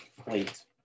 plate